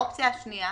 מה האופציה השנייה.